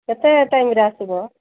କେତେ ଟାଇମ୍ରେ ଆସିବ